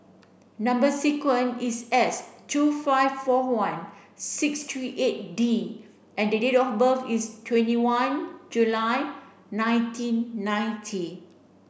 number sequence is S two five four one six three eight D and the date of birth is twenty one July nineteen ninety